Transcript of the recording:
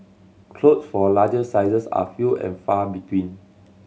clothes for larger sizes are few and far between